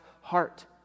heart